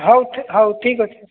ହଉ ହଉ ଠିକ୍ ଅଛି